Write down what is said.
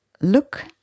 look